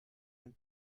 dem